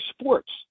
sports